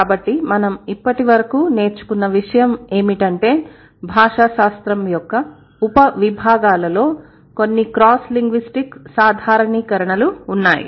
కాబట్టి మనం ఇప్పటి వరకు నేర్చుకున్న ఒక విషయం ఏమిటంటే భాషాశాస్త్రం యొక్క ఉపవిభాగాల లో కొన్ని క్రాస్ లింగ్విస్టిక్ సాధారణీకరణలు ఉన్నాయి